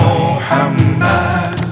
Muhammad